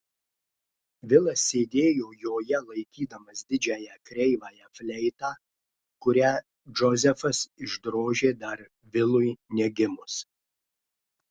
vilas sėdėjo joje laikydamas didžiąją kreivąją fleitą kurią džozefas išdrožė dar vilui negimus